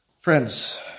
Friends